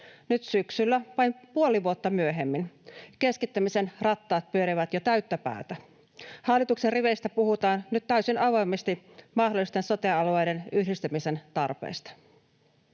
nyt syksyllä, vain puoli vuotta myöhemmin, keskittämisen rattaat pyörivät jo täyttä päätä. Hallituksen riveistä puhutaan nyt täysin avoimesti mahdollisesta sote-alueiden yhdistämisen tarpeesta.